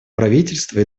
правительства